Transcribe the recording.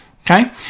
Okay